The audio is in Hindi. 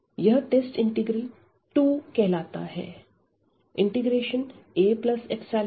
यह टेस्ट इंटीग्रल II कहलाता है